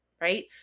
right